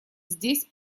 здесь